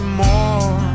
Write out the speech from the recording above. more